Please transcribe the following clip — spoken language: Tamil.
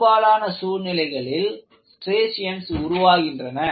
பெரும்பாலான சூழ்நிலைகளில் ஸ்ட்ரியேஷன்ஸ் உருவாகின்றன